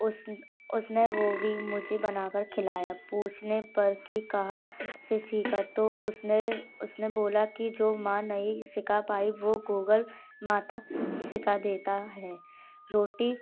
उस उसने वो भी मुझे बना कर खिलाया पूछने पर कि कहाँ से सीख तो उसने उसने बोला कि जो माँ नई सिख पाई वो गूगल माता सीखा देती है रोटी